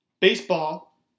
Baseball